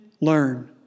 learn